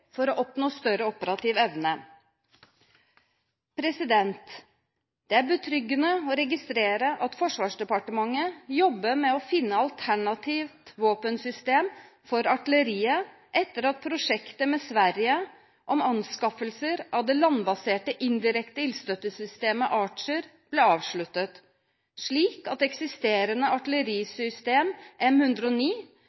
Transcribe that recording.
for å oppnå større operativ evne. Det er betryggende å registrere at Forsvarsdepartementet jobber med å finne et alternativt våpensystem for artilleriet etter at prosjektet med Sverige om anskaffelser av det landbaserte, indirekte ildstøttesystemet Archer ble avsluttet, slik at det eksisterende